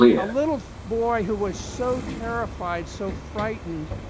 a little boy who was so terrified, so frightened,